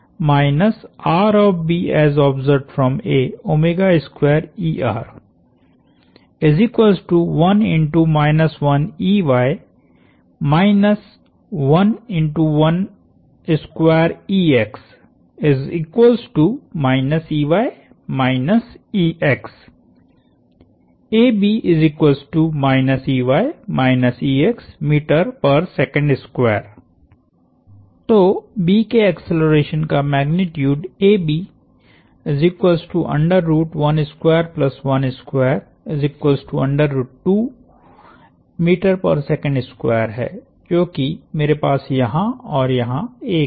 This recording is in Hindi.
तो B के एक्सेलरेशन का मैग्नीट्यूड है क्योंकि मेरे पास यहां और यहां 1 है